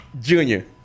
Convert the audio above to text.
Junior